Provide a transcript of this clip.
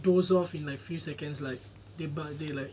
doze off in a few seconds like they but they like